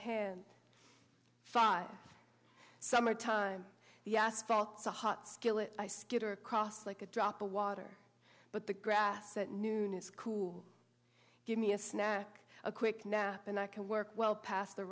hand five summer time the asphalt so hot skillet skitter across like a drop of water but the grass at noon is cool give me a snack a quick nap and i can work well past the